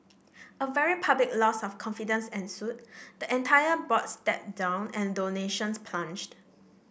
a very public loss of confidence ensued the entire board stepped down and donations plunged